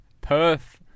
Perth